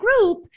group